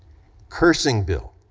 cursing bill,